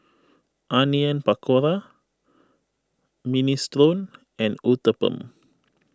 Onion Pakora Minestrone and Uthapam